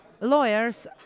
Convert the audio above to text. lawyers